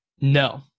No